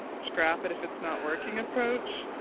scrap it if it's not working approach,